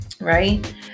Right